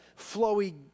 flowy